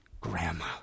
grandma